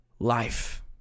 Life